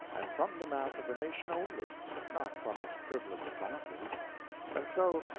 and from the mass of the nation only not from its privileged classes and so,